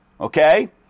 Okay